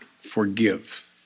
forgive